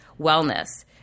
wellness